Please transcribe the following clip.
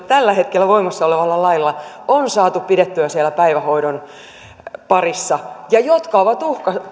tällä hetkellä voimassa olevalla lailla on saatu pidettyä siellä päivähoidon parissa ja jotka ovat